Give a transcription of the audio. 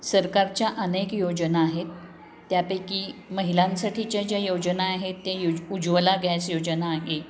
सरकारच्या अनेक योजना आहेत त्यापैकी महिलांसाठीच्या ज्या योजना आहेत त्या युज उज्ज्वला गॅस योजना आहे